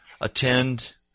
attend